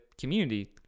community